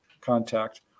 contact